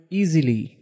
easily